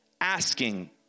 asking